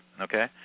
okay